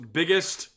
biggest